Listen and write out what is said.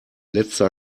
letzte